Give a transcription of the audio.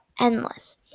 endless